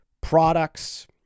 products